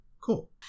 Cool